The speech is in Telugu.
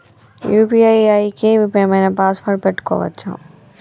యూ.పీ.ఐ కి ఏం ఐనా పాస్వర్డ్ పెట్టుకోవచ్చా?